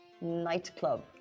Nightclub